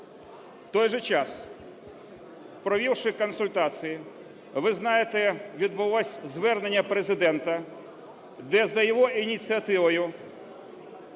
В той же час, провівши консультації, ви знаєте, відбулося звернення Президента, де за його ініціативою